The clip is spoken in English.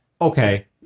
okay